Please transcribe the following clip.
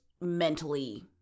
mentally